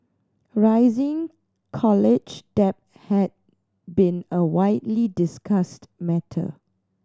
rising college debt has been a widely discussed matter